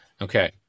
Okay